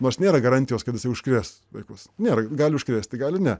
nors nėra garantijos kad jisai užkrės vaikus nėra gali užkrėsti gali ne